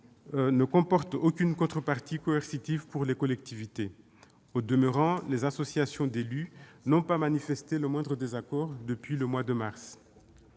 ne comportent aucune contrepartie coercitive pour les collectivités. Au demeurant, les associations d'élus n'ont pas manifesté le moindre désaccord depuis le mois de mars.